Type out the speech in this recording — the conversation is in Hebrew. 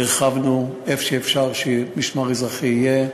איפה שאפשר שמשמר אזרחי יהיה.